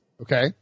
Okay